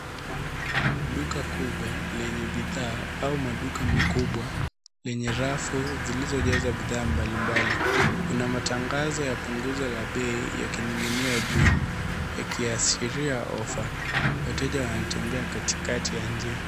Duka kubwa lenye bidhaa au maduka makubwa zenye rafu zilizojaa bidhaa mbalimbali. Kuna matangazo ya punguzo la bei yakining'inia juu yakiashiria ofa. Wateja wanatembea katikati ya njia.